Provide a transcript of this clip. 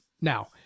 Now